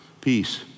peace